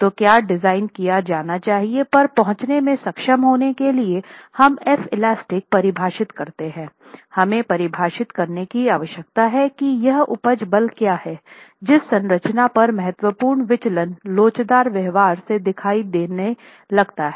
तो क्या डिजाइन किया जाना चाहिए पर पहुंचने में सक्षम होने के लिए हम F इलास्टिक परिभाषित करते है हमें परिभाषित करने की आवश्यकता है कि यह उपज बल क्या है जिस संरचना पर महत्वपूर्ण विचलन लोचदार व्यवहार से दिखाई देने लगती है